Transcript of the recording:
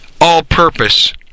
all-purpose